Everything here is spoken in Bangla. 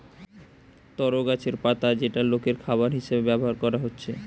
তরো গাছের পাতা যেটা লোকের খাবার হিসাবে ব্যভার কোরা হচ্ছে